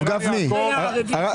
היא אמרה שמונה.